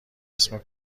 اسم